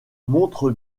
montre